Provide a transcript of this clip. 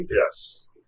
Yes